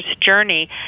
journey